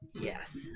yes